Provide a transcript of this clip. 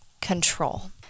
control